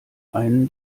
einen